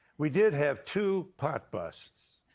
we did have two pot busts.